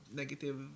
negative